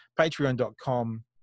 patreon.com